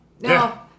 no